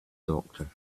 doctor